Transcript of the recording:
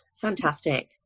Fantastic